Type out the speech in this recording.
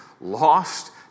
lost